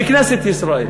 בכנסת ישראל.